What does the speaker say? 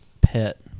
pet